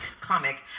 comic